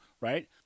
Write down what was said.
right